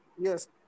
Yes